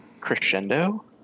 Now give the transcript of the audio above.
Crescendo